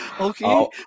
Okay